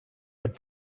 but